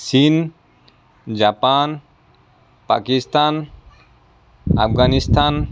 চীন জাপান পাকিস্তান আফগানিস্তান